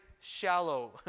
shallow